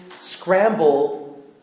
scramble